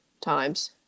times